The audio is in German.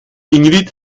ingrid